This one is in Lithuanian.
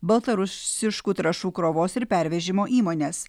baltarusiškų trąšų krovos ir pervežimo įmones